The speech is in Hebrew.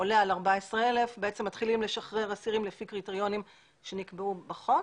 עולה על 14,000 מתחילים לשחרר אסירים לפי קריטריונים שנקבעו בחוק.